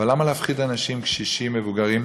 אבל למה להפחיד אנשים קשישים, מבוגרים?